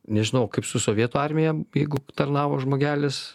nežinau kaip su sovietų armija jeigu tarnavo žmogelis